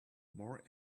more